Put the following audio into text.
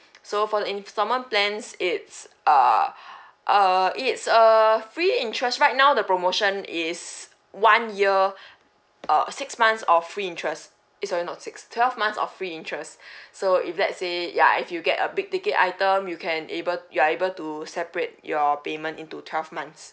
so for the instalment plans it's err err it's err free interest right now the promotion is one year err six months of free interest eh sorry not six twelve months of free interest so if let's say ya if you get a big ticket item you can able to you are able to separate your payment into twelve months